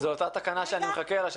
זה אותה תקנה שאני מחכה לה,